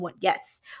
Yes